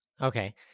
Okay